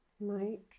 Mike